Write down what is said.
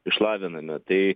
išlaviname tai